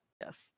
yes